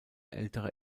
ältere